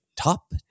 top